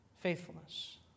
faithfulness